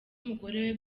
umugore